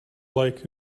like